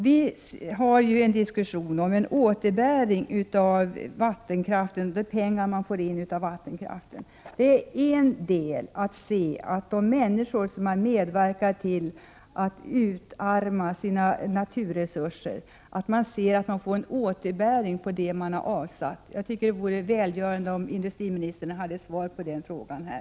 Vi diskuterar ju en återbäring med anledning av de pengar som man får in på grund av vattenkraften. De människor som har medverkat till att utarma sina naturresurser vill se en återbäring. Jag tycker att det vore välgörande om industriministern hade ett svar.